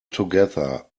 together